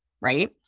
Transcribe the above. right